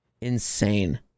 Insane